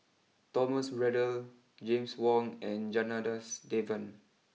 Thomas Braddell James Wong and Janadas Devan